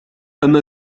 أما